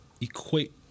equate